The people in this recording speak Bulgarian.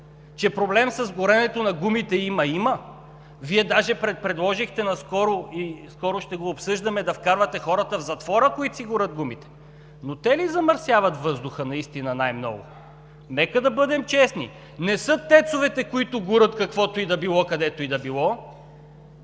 Че проблем с горенето на гумите има, Вие даже предложихте наскоро и скоро ще обсъждаме да вкарвате в затвора хората, които си горят гумите, но те ли замърсяват наистина въздуха най-много? Нека да бъдем честни! Не са ТЕЦ-овете, които горят каквото и да било, където и да било.